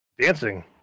dancing